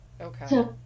okay